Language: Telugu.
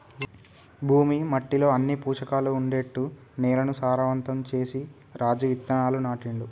భూమి మట్టిలో అన్ని పోషకాలు ఉండేట్టు నేలను సారవంతం చేసి రాజు విత్తనాలు నాటిండు